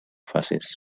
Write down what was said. facis